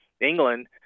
England